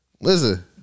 Listen